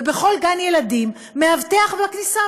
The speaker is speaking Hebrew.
ובכל גן-ילדים מאבטח בכניסה,